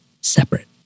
separate